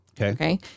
Okay